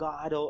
God